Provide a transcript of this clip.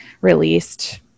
released